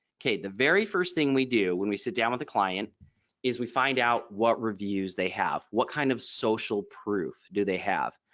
ok. the very first thing we do when we sit down with the client is we find out what reviews they have what kind of social proof do they have.